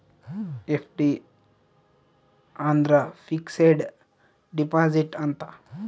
FD ಅಂದ್ರ fixed deposit ಅಂತ